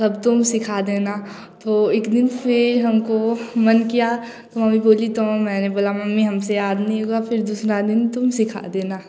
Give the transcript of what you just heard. तब तुम सिखा देना तो एक दिन फ़िर हमको मन किया तो मम्मी बोली मैंने बोला मम्मी हमसे आज नही होगा फ़िर दूसरा दिन तुम सिखा देना